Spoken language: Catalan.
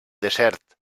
desert